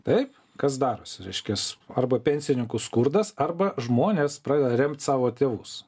taip kas darosi reiškias arba pensininkų skurdas arba žmonės pradeda remt savo tėvus